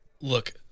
Look